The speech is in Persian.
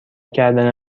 کردن